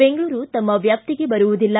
ಬೆಂಗಳೂರು ತಮ್ಮ ವ್ಯಾಪ್ತಿಗೆ ಬರುವುದಿಲ್ಲ